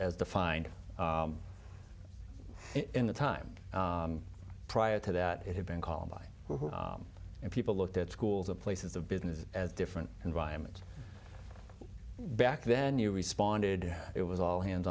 as defined in the time prior to that it had been columbine and people looked at schools and places of business as different environments back then you responded it was all hands